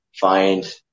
find